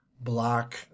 block